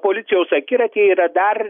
policijos akiratyje yra dar